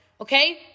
Okay